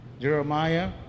Jeremiah